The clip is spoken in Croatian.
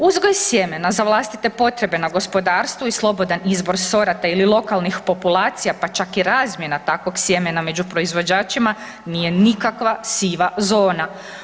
Uzgoj sjemena za vlastite potrebe na gospodarstvu i slobodan izbor sorata ili lokalnih populacija pa čak i razmjena takvog sjemena među proizvođačima, nije nikakva siva zona.